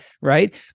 Right